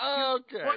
okay